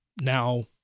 now